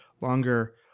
longer